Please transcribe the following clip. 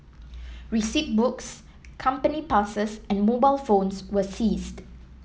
receipt books company passes and mobile phones were seized